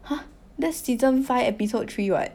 !huh! that's season five episode three [what]